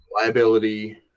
liability